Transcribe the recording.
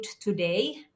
today